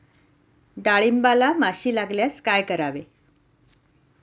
डाळींबाला माशी लागल्यास काय करावे?